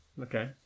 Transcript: Okay